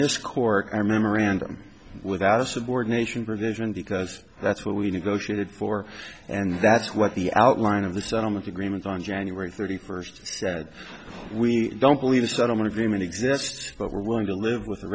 this court our memorandum without a subordination provision because that's what we negotiated for and that's what the outline of the settlement agreement on january thirty first we don't believe the settlement agreement exists but we're willing to live with the